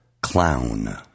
Clown